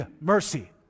mercy